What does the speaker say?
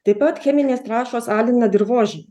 taip pat cheminės trąšos alina dirvožemį